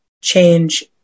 change